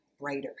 brighter